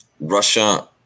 Russia